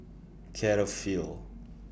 Cetaphil